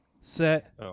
set